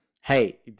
Hey